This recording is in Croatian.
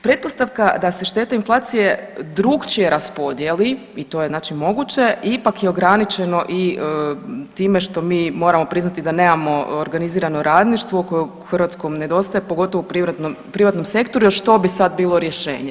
Pretpostavka da se šteta inflacije drukčije raspodjeli i to je znači moguće, ipak je ograničeno i time što mi moramo priznati da nemamo organizirano radništvo koje Hrvatskoj nedostaje, pogotovo u privatnom sektoru, a što bi sad bilo rješenje?